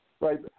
Right